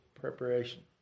preparation